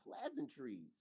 pleasantries